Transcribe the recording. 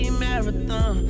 marathon